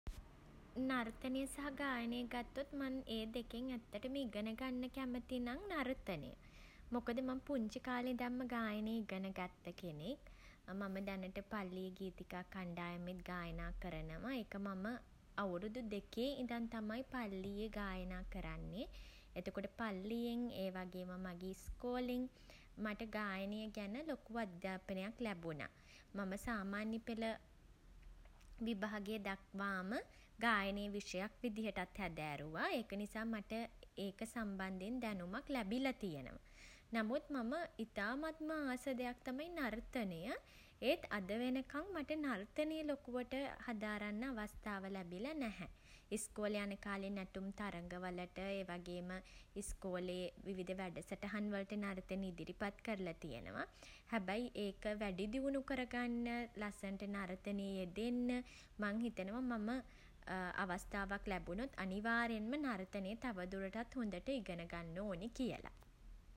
නර්තනය සහ ගායනය ගත්තොත් මං ඒ දෙකෙන් ඇත්තටම ඉගෙන ගන්න කැමති නම් නර්තනය. මොකද මං පුංචි කාලෙ ඉඳන්ම ගායනය ඉගෙන ගත්ත කෙනෙක්. මම දැනට පල්ලියේ ගීතිකා කණ්ඩායමෙත් ගායනා කරනවා. ඒක මම අවුරුදු දෙකේ ඉඳන් තමයි පල්ලියේ ගායනා කරන්නේ. එතකොට පල්ලියෙන් ඒ වගේම මගේ ඉස්කෝලෙන් මට ගායනය ගැන ලොකු අධ්‍යාපනයක් ලැබුණා. මම සාමාන්‍ය පෙළ විභාගය දක්වාම ගායනය විෂයක් විදිහටත් හැදෑරුවා. ඒක නිසා මට ඒක සම්බන්ධයෙන් දැනුමක් ලැබිලා තියෙනවා. නමුත් මම ඉතාමත්ම ආස දෙයක් තමයි නර්තනය. ඒත් අද වෙනකම් මට නර්තනය ලොකුවට හදාරන්න අවස්ථාව ලැබිලා නැහැ. ඉස්කෝලේ යන කාලේ නැටුම් තරගවලට ඒවගේම ඉස්කෝලේ විවිධ වැඩසටහන් වලට නර්තන ඉදිරිපත් කරලා තියෙනවා. හැබැයි ඒක වැඩිදියුණු කරගන්න ලස්සනට නර්තනයේ යෙදෙන්න මං හිතනවා මම අවස්ථාවක් ලැබුණොත් අනිවාර්යෙන්ම නර්තනය තවදුරටත් හොඳට ඉගෙන ගන්න ඕන කියලා.